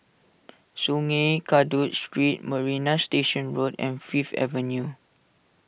Sungei Kadut Street Marina Station Road and Fifth Avenue